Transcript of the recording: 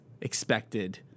expected